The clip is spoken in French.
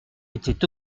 était